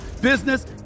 business